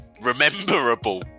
rememberable